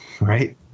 right